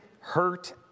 hurt